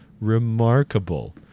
Remarkable